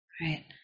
right